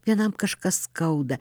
vienam kažką skauda